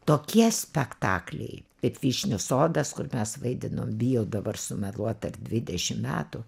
tokie spektakliai kaip vyšnių sodas kur mes vaidinom bijau dabar sumeluot ar dvidešim metų